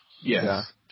Yes